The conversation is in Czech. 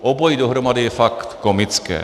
Obojí dohromady je fakt komické.